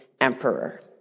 emperor